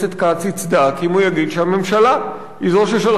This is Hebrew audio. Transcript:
אם הוא יגיד שהממשלה היא זאת ששלחה אותם לשם,